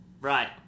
Right